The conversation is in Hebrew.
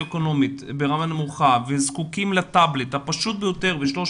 אקונומי ברמה נמוכה זקוקים לטאבלט הפשוט ביותר ב-300